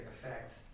effects